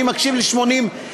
אני מקשיב ל-88FM,